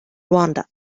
rwanda